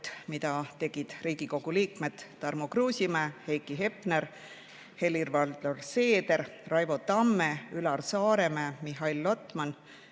mille tegid Riigikogu liikmed Tarmo Kruusimäe, Heiki Hepner, Helir-Valdor Seeder, Raivo Tamm, Üllar Saaremäe, Mihhail Lotman